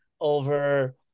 over